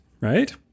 right